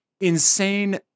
insane